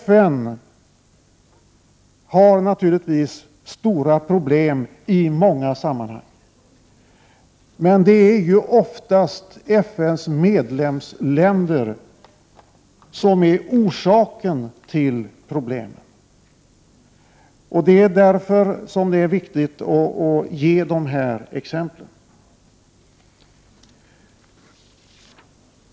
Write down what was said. FN har naturligtvis stora problem i många sammanhang, men det är ju oftast FN:s medlemsländer som är orsaken till problemen. Det är därför som det är viktigt att ge de här exemplen.